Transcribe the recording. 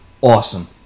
awesome